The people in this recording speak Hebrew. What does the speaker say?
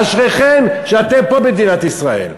אשריכם שאתם פה, במדינת ישראל.